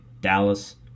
Dallas